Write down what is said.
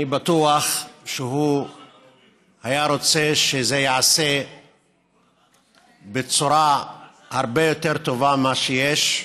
אני בטוח שהוא היה רוצה שזה ייעשה בצורה הרבה יותר טובה ממה שיש,